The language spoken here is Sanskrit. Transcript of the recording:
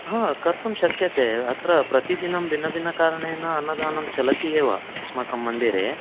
हा कर्तुं शक्यते अत्र प्रतिदिनं भिन्नभिन्नकारणेन अन्नदानं चलति एव अस्माकं मन्दिरे